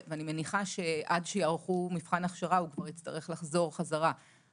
אני מניחה שממילא המרכז עושה את זה.